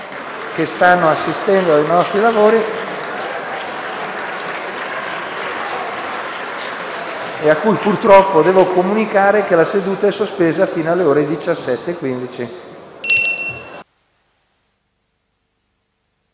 che stanno assistendo ai nostri lavori, ai quali purtroppo devo comunicare che la seduta è sospesa fino alle ore 17,15.